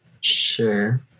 sure